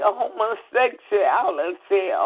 homosexuality